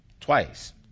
twice